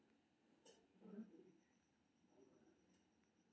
molluscicides एक तरहक रसायन छियै, जेकरा कीटनाशक के रूप मे इस्तेमाल होइ छै